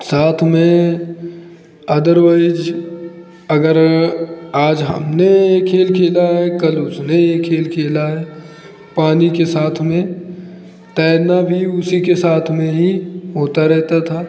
साथ में अदरवाइज अगर आज हमने यह खेल खेला है कल उसने यह खेल खेला है पानी के साथ में तैरना भी उसी के साथ में ही होता रहता था